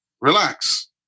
relax